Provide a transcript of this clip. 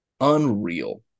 Unreal